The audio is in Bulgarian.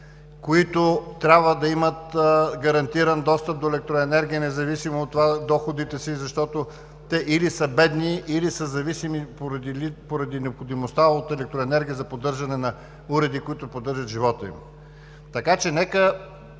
които трябва да имат гарантиран достъп до електроенергия, независимо от доходите си, защото те или са бедни, или са зависими поради необходимостта от електроенергия за поддържане на уреди, които поддържат живота им.